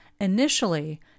Initially